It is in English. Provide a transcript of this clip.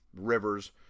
rivers